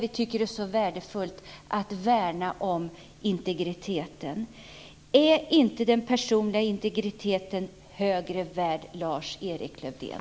Vi tycker att det är värdefullt att värna om integriteten. Är inte den personliga integriteten mer värd, Lars Erik Lövdén?